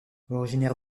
originaire